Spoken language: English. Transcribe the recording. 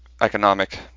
economic